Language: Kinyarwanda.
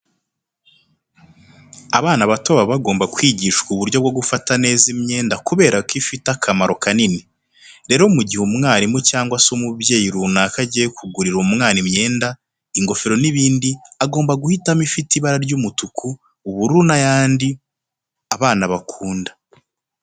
Abana bato baba bagomba kwigishwa uburyo bwo gufata neza imyenda kubera ko ifite akamaro kanini. Rero mu gihe umwarimu cyangwa se umubyeyi runaka agiye kugurira umwana imyenda, ingofero n'ibindi agomba guhitamo ifite ibara ry'umutuku, ubururu n'ayandi abana bakunda.